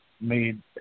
made